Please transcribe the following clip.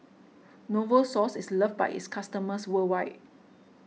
Novosource is loved by its customers worldwide